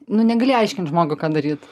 nu negali aiškint žmogui ką daryt